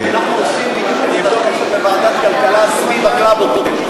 אנחנו רוצים לבדוק את זה בוועדת הכלכלה סביב ה"קלאב הוטל".